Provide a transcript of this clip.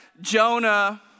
Jonah